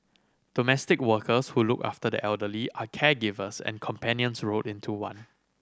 domestic workers who look after the elderly are caregivers and companions rolled into one